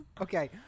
Okay